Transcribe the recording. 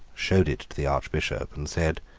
showed it to the archbishop, and said,